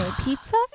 pizza